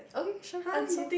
okay sure answer